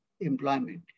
employment